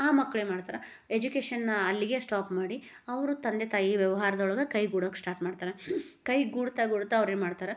ಆ ಮಕ್ಳೇನು ಮಾಡ್ತಾರೆ ಎಜುಕೇಶನ್ ಅಲ್ಲಿಗೆ ಸ್ಟಾಪ್ ಮಾಡಿ ಅವರು ತಂದೆ ತಾಯಿ ವ್ಯವಹಾರದೊಳಗೆ ಕೈ ಗೂಡಕ್ಕೆ ಸ್ಟಾರ್ಟ್ ಮಾಡ್ತಾರೆ ಕೈ ಗೂಡ್ತ ಗೂಡ್ತ ಅವ್ರೇನು ಮಾಡ್ತಾರೆ